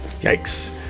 yikes